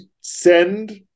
send